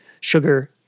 sugar